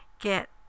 get